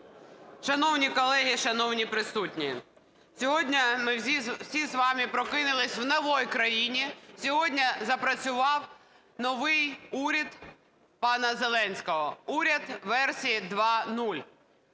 Шановні колеги, шановні присутні! Сьогодні ми всі з вами прокинулись в новій країні, сьогодні запрацював новий уряд пана Зеленського, уряд версії 2.0.